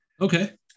Okay